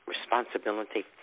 responsibility